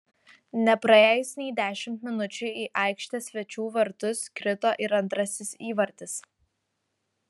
nepraėjus nei dešimt minučių į aikštės svečių vartus krito ir antrasis įvartis